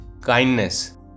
kindness